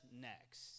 next